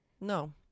No